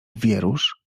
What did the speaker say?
wierusz